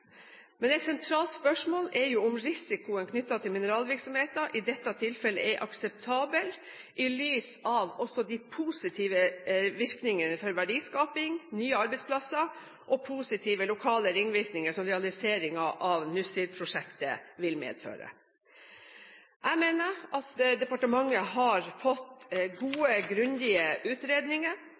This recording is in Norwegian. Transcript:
Men et sentralt spørsmål er jo om risikoen knyttet til mineralvirksomheten i dette tilfellet er akseptabel i lys av også de positive virkningene for verdiskaping, nye arbeidsplasser og positive lokale ringvirkninger som realiseringen av Nussir-prosjektet vil medføre. Jeg mener at departementet har fått gode, grundige utredninger,